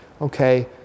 okay